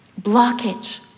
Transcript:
blockage